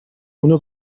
اونو